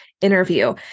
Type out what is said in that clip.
interview